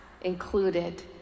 included